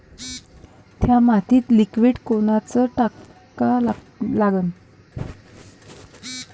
थ्या मातीत लिक्विड कोनचं टाका लागन?